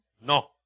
No